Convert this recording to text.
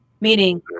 Meaning